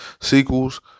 sequels